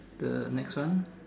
the next one